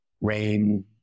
rain